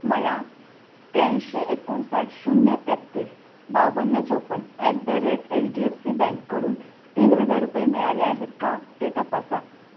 मला त्र्याऐंशी एकोणसाठ शून्य तेहेतीस बावन्न चौपन्न at the rate H D F C बँककडून तीन हजार रुपये मिळाले आहेत का ते तपासा